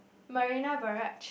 Marina Barrage